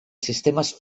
sistemes